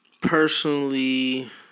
personally